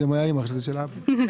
גם